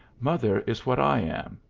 mother is what i am,